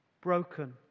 broken